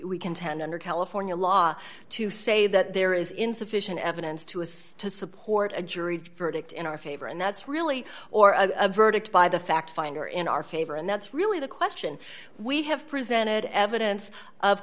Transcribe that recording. we contend under california law to say that there is insufficient evidence to assess to support a jury's verdict in our favor and that's really or a verdict by the fact finder in our favor and that's really the question we have presented evidence of